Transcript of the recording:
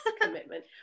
commitment